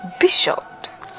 bishops